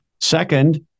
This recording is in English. Second